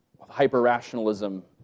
hyper-rationalism